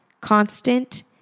Constant